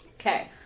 Okay